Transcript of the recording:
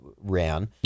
ran